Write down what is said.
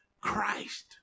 Christ